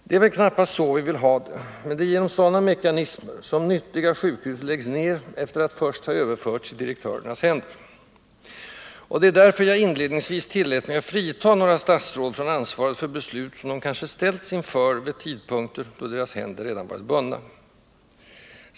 Det är väl knappast så vi vill ha det, men det är genom sådana mekanismer som nyttiga sjukhus läggs ned efter att först ha överförts i ”direktörernas” händer. Och det är därför jag inledningsvis tillät mig att fritaga några statsråd från ansvaret för beslut som de kanske ställts inför vid tidpunkter då deras händer redan varit bundna.